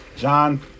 John